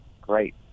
great